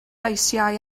eisiau